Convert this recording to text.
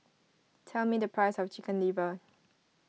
tell me the price of Chicken Liver